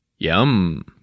Yum